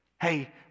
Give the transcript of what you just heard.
Hey